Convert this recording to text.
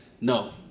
no